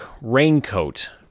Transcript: raincoat